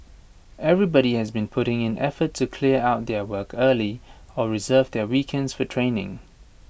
everybody has been putting in effort to clear out their work early or reserve their weekends for training